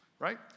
Right